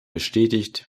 bestätigt